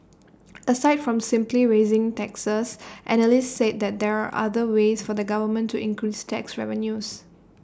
aside from simply raising taxes analysts said that there are other ways for the government to increase tax revenues